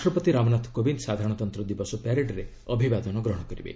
ରାଷ୍ଟ୍ରପତି ରାମନାଥ କୋବିନ୍ଦ ସାଧାରଣତନ୍ତ୍ର ଦିବସ ପ୍ୟାରେଡ୍ରେ ଅଭିବାଦନ ଗ୍ରହଣ କରିବେ